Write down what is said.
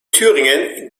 thüringen